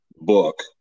book